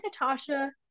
Natasha